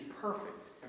perfect